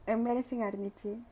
embarrassing